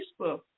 Facebook